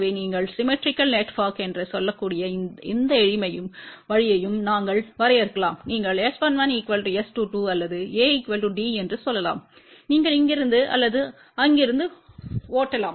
எனவே நீங்கள் symmetrical network என்று சொல்லக்கூடிய எந்த வழியையும் நாங்கள் வரையறுக்கலாம் நீங்கள் S11 S22அல்லது A D என்று சொல்லலாம் நீங்கள் இங்கிருந்து அல்லது அங்கிருந்து ஓட்டலாம்